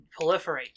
proliferate